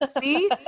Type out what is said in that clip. see